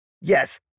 Yes